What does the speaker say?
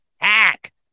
hack